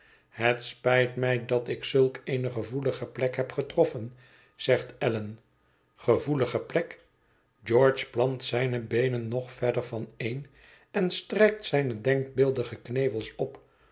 het spijt mij dat ik zulk eene gevoelige plek heb getroffen zegt allan gevoelige plek george plant zijne beenen nog verder vaneen en strijkt zijne denkbeeldige knevels op